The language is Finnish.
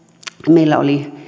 meillä oli